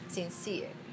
Sincere